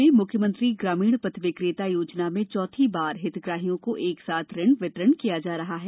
प्रदेश में म्ख्यमंत्री ग्रामीण पथ विक्रेता योजना में चौथी बार हितग्राहियों को एक साथ ऋण वितरण किया जा रहा है